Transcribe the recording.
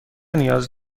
نیاز